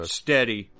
steady